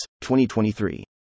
2023